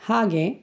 ಹಾಗೇ